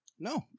No